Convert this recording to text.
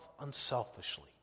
unselfishly